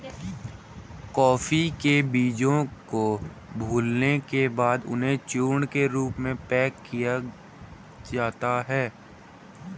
coffee के बीजों को भूलने के बाद उन्हें चूर्ण के रूप में पैक किया जाता है